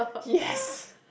he has